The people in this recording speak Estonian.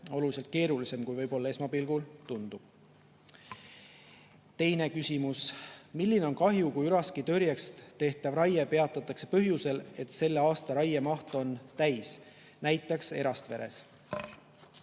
oluliselt keerulisem, kui võib-olla esmapilgul tundub. Teine küsimus: "Milline on kahju, kui üraski tõrjeks tehtav raie peatatakse põhjusel, et selle aasta raiemaht on täis (n Erastveres)?"